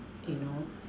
you know